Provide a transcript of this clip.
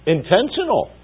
Intentional